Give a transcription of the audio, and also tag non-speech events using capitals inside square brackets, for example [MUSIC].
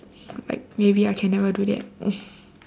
like maybe I can never do that [LAUGHS]